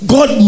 God